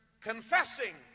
confessing